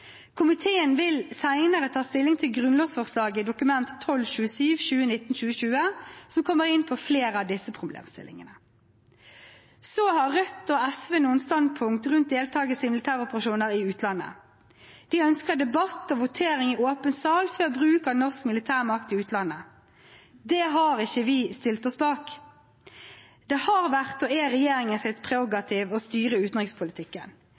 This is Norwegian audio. Komiteen vil senere ta stilling til grunnlovsforslaget Dokument 12:27 for 2019–2020, som kommer inn på flere av disse problemstillingene. Så har Rødt og SV noen standpunkt rundt deltakelse i militæroperasjoner i utlandet. De ønsker debatt og votering i åpen sal før bruk av norsk militærmakt i utlandet. Det har ikke vi stilt oss bak. Det har vært og er regjeringens prerogativ å styre utenrikspolitikken.